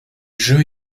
jeu